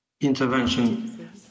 intervention